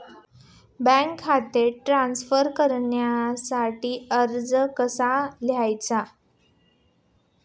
Bank खाते transfer करण्यासाठी अर्ज कसा लिहायचा?